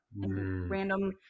random